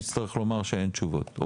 נצטרך לומר שאין תשובות.